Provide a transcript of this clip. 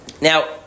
Now